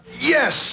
Yes